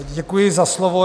Děkuji za slovo.